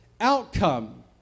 outcome